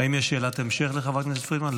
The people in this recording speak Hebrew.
האם יש שאלת המשך לחברת הכנסת לחברת הכנסת פרידמן?